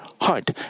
heart